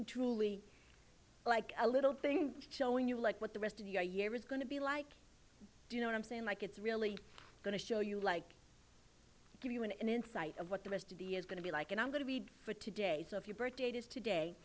and truly like a little thing showing you like what the rest of your year is going to be like you know what i'm saying like it's really going to show you like give you an insight of what the rest of the is going to be like and i'm going to read for two days of your birthday is today